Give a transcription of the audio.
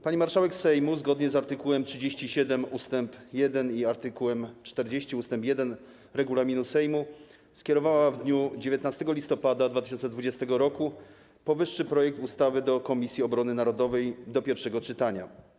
Pani marszałek Sejmu zgodnie z art. 37 ust. 1 i art. 40 ust. 1 regulaminu Sejmu skierowała w dniu 19 listopada 2020 r. powyższy projekt ustawy do Komisji Obrony Narodowej do pierwszego czytania.